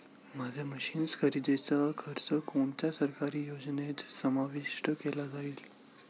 माझ्या मशीन्स खरेदीचा खर्च कोणत्या सरकारी योजनेत समाविष्ट केला जाईल?